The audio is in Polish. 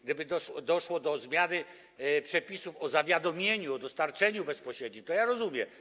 Gdyby doszło do zmiany przepisów o zawiadomieniu, o dostarczeniu bezpośrednim, to ja to rozumiałbym.